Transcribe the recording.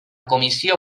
comissió